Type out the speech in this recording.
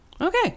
Okay